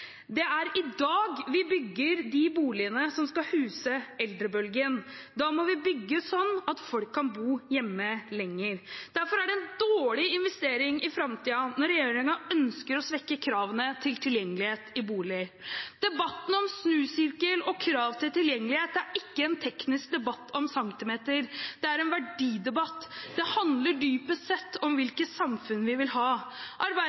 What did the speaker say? Det er i dag vi bygger de boligene som skal huse eldrebølgen. Da må vi bygge slik at folk kan bo hjemme lenger. Derfor er det en dårlig investering i framtiden når regjeringen ønsker å svekke kravene til tilgjengelighet i boliger. Debatten om snusirkel og krav til tilgjengelighet er ikke en teknisk debatt om centimeter. Det er en verdidebatt. Det handler dypest sett om hvilke samfunn vi vil ha.